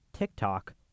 TikTok